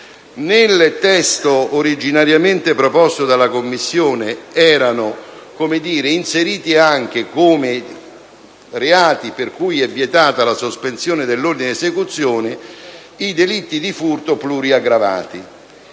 nel testo originale proposto dalla Commissione erano inseriti anche, come reati per cui è vietata la sospensione dell'ordine di esecuzione, i delitti di furto pluriaggravati;